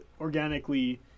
organically